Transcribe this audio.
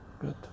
good